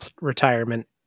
retirement